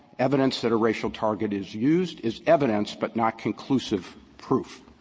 evidence that a racial target is used is evidence, but not conclusive proof.